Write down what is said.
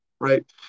right